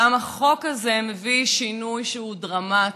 גם החוק הזה מביא שינוי שהוא דרמטי,